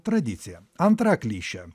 tradicija antra klišė